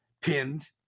pinned